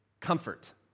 comfort